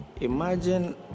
Imagine